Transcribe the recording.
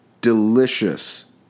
Delicious